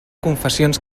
confessions